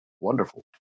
Wonderful